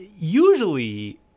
usually